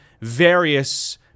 various